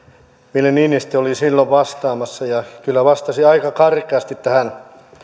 ville niinistö oli silloin vastaamassa ja kyllä vastasi aika karkeasti tähän